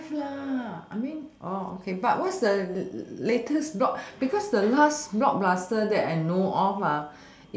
have lah I mean oh okay but what's the latest blog because the last blog master that I know of ah